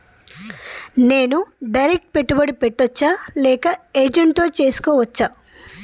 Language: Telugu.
నేను డైరెక్ట్ పెట్టుబడి పెట్టచ్చా లేక ఏజెంట్ తో చేస్కోవచ్చా?